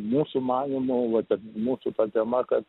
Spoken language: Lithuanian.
mūsų manymu vat mūsų ta tema kad